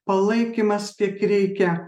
palaikymas kiek reikia